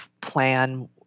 plan